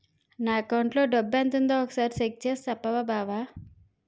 నా అకౌంటులో డబ్బెంతుందో ఒక సారి చెక్ చేసి చెప్పవా బావా